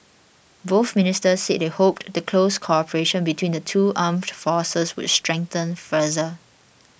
both ministers said they hoped the close cooperation between the two armed forces would strengthen further